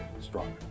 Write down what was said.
stronger